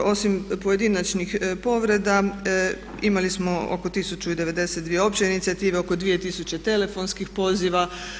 Osim pojedinačnih povreda imali smo oko 1902 opće inicijative, oko 2000 telefonskih poziva.